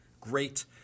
great